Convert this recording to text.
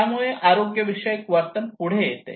त्यामुळे आरोग्यविषयक वर्तन पुढे येते